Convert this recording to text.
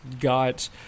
got